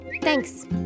Thanks